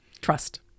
Trust